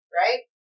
right